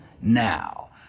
now